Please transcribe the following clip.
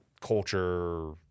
culture